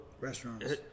Restaurants